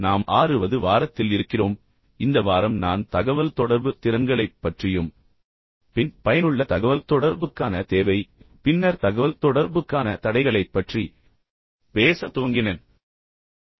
நாம் 6 வது வாரத்தில் இருக்கிறோம் இந்த வாரம் நான் தகவல்தொடர்பு திறன்களைப் பற்றி விவாதிக்கத் தொடங்கினேன் பயனுள்ள தகவல்தொடர்புக்கான தேவையுடன் தொடங்கினேன் பின்னர் தகவல்தொடர்புக்கான தடைகளைப் பற்றி பேச துவங்கினேன்